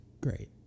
great